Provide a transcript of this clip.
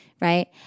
Right